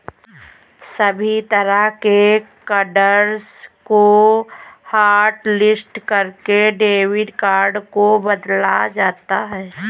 सभी तरह के कार्ड्स को हाटलिस्ट करके डेबिट कार्ड को बदला जाता है